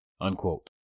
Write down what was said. Unquote